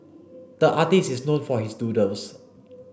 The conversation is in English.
the artist is known for his doodles